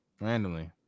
randomly